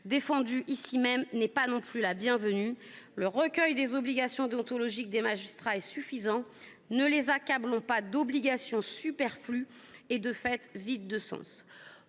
l'hémicycle, n'est pas la bienvenue. Le recueil des obligations déontologiques des magistrats est suffisant. Ne les accablons pas d'obligations superflues et vides de sens.